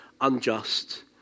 unjust